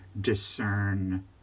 discern